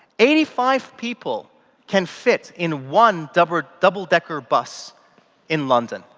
eighty five people can fit in one double-decker double-decker bus in london,